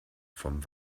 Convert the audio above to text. vom